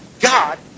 God